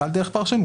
זה על דרך פרשנות.